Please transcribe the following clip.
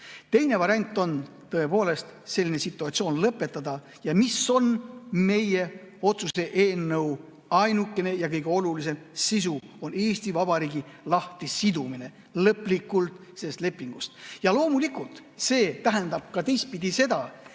Teine variant on tõepoolest selline situatsioon lõpetada. Ja mis on meie otsuse eelnõu ainukene ja kõige olulisem sisu: Eesti Vabariigi lahtisidumine lõplikult sellest lepingust. Ja loomulikult see tähendab teistpidi seda,